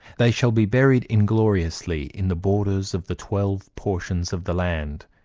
they shall be buried ingloriously, in the borders of the twelve portions of the land,